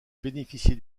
bénéficier